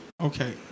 Okay